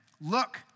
Look